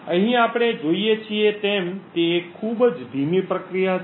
અહીં આપણે જોઈએ છીએ તેમ તે એક ખૂબ જ ધીમી પ્રક્રિયા છે